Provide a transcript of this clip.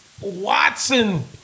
Watson